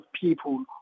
people